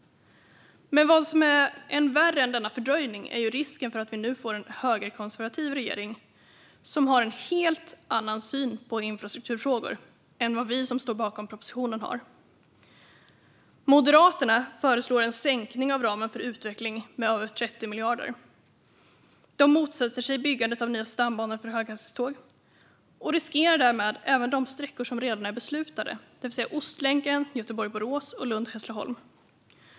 Än värre än denna fördröjning är risken för att vi nu får en högerkonservativ regering som har en helt annan syn på infrastrukturfrågor än vad vi som står bakom propositionen har. Moderaterna föreslår en sänkning av ramen för utveckling med över 30 miljarder. De motsätter sig byggandet av nya stambanor för höghastighetståg och riskerar därmed även de sträckor som redan är beslutade, det vill säga Ostlänken, Göteborg-Borås och Lund-Hässleholm.